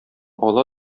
ала